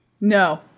No